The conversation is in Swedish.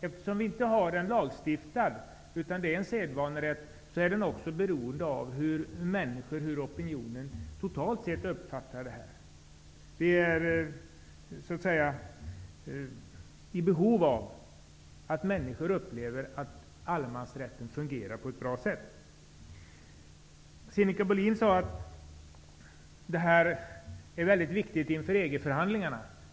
Eftersom det inte finns någon lagstiftning utan allemansrätten är en sedvanerätt, är den också beroende av hur människor och opinionen totalt sett uppfattar den. Det är alltså viktigt att människor upplever att allemansrätten fungerar på ett bra sätt. Sinikka Bohlin sade att det här är en mycket viktig fråga inför EG-förhandlingarna.